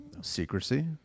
Secrecy